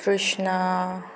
Krishna